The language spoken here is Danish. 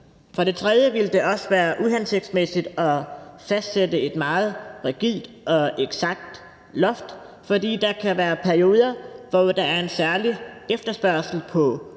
Desuden ville det også være uhensigtsmæssigt at fastsætte et meget rigidt og eksakt loft, fordi der kan være perioder, hvor der er en særlig efterspørgsel på